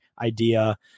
idea